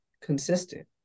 consistent